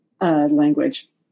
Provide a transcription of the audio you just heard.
language